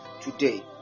today